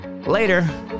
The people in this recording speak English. later